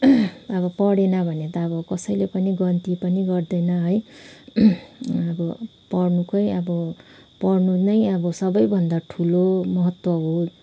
अब पढेन भने त अब कसैले पनि गन्ती पनि गर्दैन है अब पढ्नुकै अब पढ्नु नै अब सबैभन्दा ठुलो महत्त्व हो